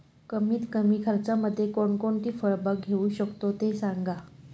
कमीत कमी खर्चामध्ये कोणकोणती फळबाग घेऊ शकतो ते सांगा